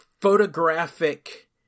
photographic